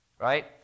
right